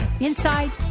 inside